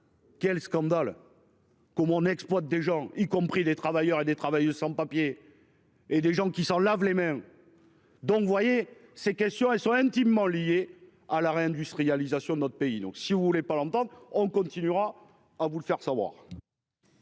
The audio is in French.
Quel scandale. Comme on exploite des gens y compris des travailleurs et des travailleuses sans papiers. Et des gens qui s'en lave les mains. Donc vous voyez ces questions elles sont intimement liés à la réindustrialisation notre pays. Donc si vous voulez pas longtemps on continuera à vous le faire savoir.